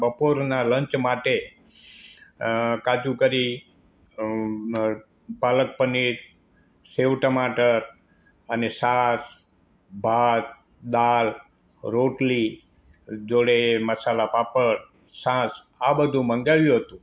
બપોરના લંચ માટે કાજુ કરી પાલક પનીર સેવ ટમાટર અને છાસ ભાત દાળ રોટલી જોડે મસાલા પાપડ છાસ આ બધું મંગાવ્યું હતું